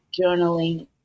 journaling